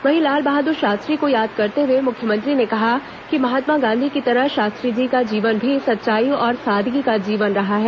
वहीं लाल बहादुर शास्त्री को याद करते हुए मुख्यमंत्री ने कहा कि महात्मा गांधी की तरह शास्त्री जी का जीवन भी सच्चाई और सादगी का जीवन रहा है